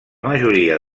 majoria